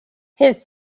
his